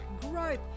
growth